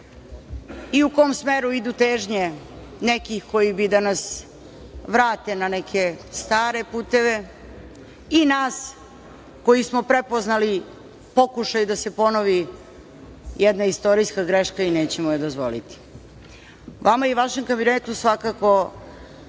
i u kom smeru idu težnje nekih koji bi da nas vrate na neke stare puteve i nas koji smo prepoznali pokušaj da se ponovi jedna istorijska greška i nećemo je dozvoliti. Vama i vašem kabinetu svakako